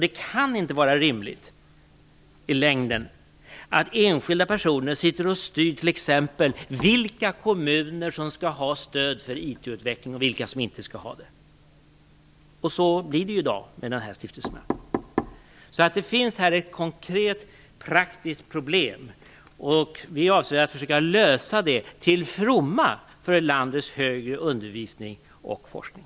Det kan inte vara rimligt i längden att enskilda personer styr vilka kommuner som skall ha stöd för IT-utveckling och vilka som inte skall ha det. Så blir det i dag med de här stiftelserna. Här finns alltså ett konkret praktiskt problem. Vår avsikt är att försöka lösa det till fromma för landets högre undervisning och forskning.